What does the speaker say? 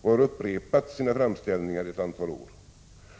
och har upprepat sina framställningar i ett antal år.